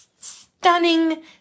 stunning